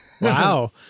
Wow